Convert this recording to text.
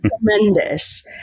tremendous